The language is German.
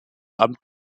amt